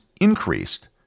increased